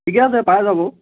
ঠিকে আছে পাই যাব